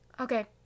Okay